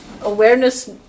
Awareness